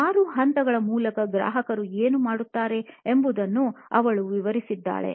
ಆರು ಹಂತಗಳ ಮೂಲಕ ಗ್ರಾಹಕರು ಏನು ಮಾಡುತ್ತಾರೆ ಎಂಬುದನ್ನು ಅವಳು ವಿವರಿಸಿದ್ದಾಳೆ